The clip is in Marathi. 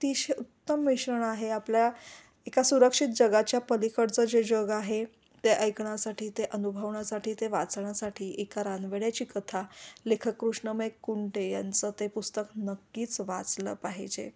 अतिशय उत्तम मिश्रण आहे आपल्या एका सुरक्षित जगाच्या पलिकडचं जे जग आहे ते ऐकण्यासाठी ते अनुभवण्यासाठी ते वाचण्यासाठी एका रानवेड्याची कथा लेखक कृष्णमय कुंटे यांचं ते पुस्तक नक्कीच वाचलं पाहिजे